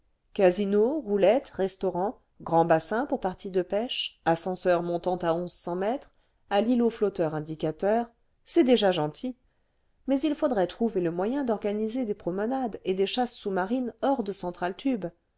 casino roulette restaurant grand bassin pour parties de pêche ascenseur montant à onze cents mètres à l'îlot flotteur indicateur c'est déjà gentil mais il faudrait trouver le moyen d'organiser des promenades et des chasses sous-marines hors de